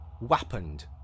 weaponed